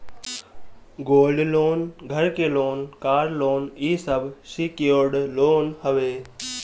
gold loan, घर के loan, car loan इ सब सिक्योर्ड लोन हवे